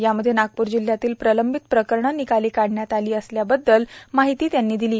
यामधे नागप्र जिल्ह्यातील प्रलंबित प्रकरणे निकाली काढण्यात आली असल्या बद्दल माहिती त्यांनी दिली